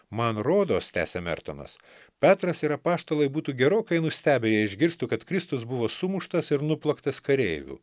man rodos tęsė mertonas petras ir apaštalai būtų gerokai nustebę jei išgirstų kad kristus buvo sumuštas ir nuplaktas kareivių